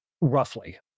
Roughly